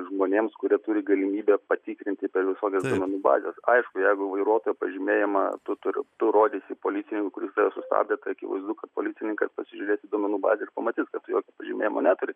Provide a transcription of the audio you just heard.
žmonėms kurie turi galimybę patikrinti per visokias duomenų bazes aišku jeigu vairuotojo pažymėjimą tu turi tu rodysi policininkui kuris sustabdė tai akivaizdu kad policininkas pasižiūrės į duomenų bazę ir pamatys kad tu jokio pažymėjimo neturi